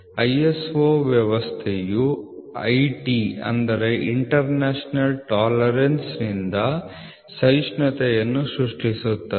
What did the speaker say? ISO ವ್ಯವಸ್ಥೆಯು IT ಯಿಂದ ಸಹಿಷ್ಣುತೆಯನ್ನು ಸೃಷ್ಟಿಸುತ್ತದೆ